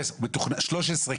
טירה,